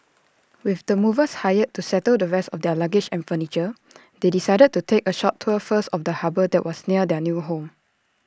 with the movers hired to settle the rest of their luggage and furniture they decided to take A short tour first of the harbour that was near their new home